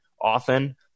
often